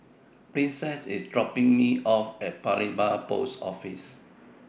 Princess IS dropping Me off At Paya Lebar Post Office